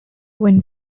went